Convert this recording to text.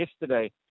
yesterday